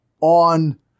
on